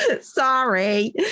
Sorry